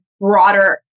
broader